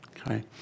okay